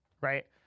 right